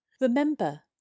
remember